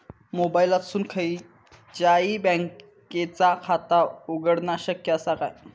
मोबाईलातसून खयच्याई बँकेचा खाता उघडणा शक्य असा काय?